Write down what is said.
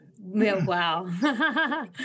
Wow